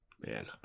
man